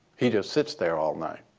he just sits there all night.